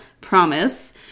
promise